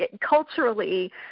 culturally